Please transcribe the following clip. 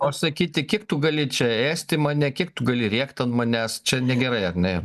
o sakyti kiek tu gali čia ėsti mane kiek tu gali rėkt an manęs čia negerai ar ne